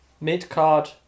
...mid-card